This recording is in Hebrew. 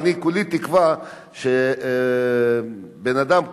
ואני כולי תקווה שאדם כמוך,